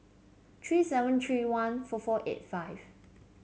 three seven three one four four eight five